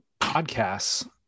podcasts